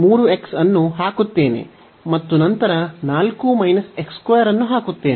ನಾನು ಅಲ್ಲಿ 3x ಅನ್ನು ಹಾಕುತ್ತೇನೆ ಮತ್ತು ನಂತರ 4 x 2 ಅನ್ನು ಹಾಕುತ್ತೇನೆ